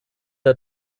der